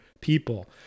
people